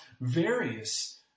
various